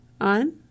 On